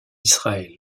israël